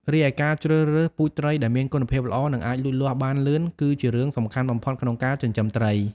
រីឯការជ្រើសរើស ពូជត្រី ដែលមានគុណភាពល្អ និងអាចលូតលាស់បានលឿន គឺជារឿងសំខាន់បំផុតក្នុងការចិញ្ចឹមត្រី។